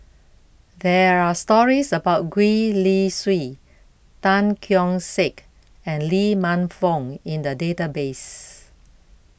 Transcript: there are stories about Gwee Li Sui Tan Keong Saik and Lee Man Fong in the database